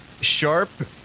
sharp